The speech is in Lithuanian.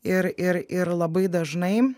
ir ir ir labai dažnai